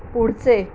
पुढचे